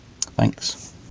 thanks